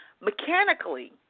mechanically